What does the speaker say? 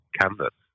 canvas